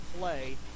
play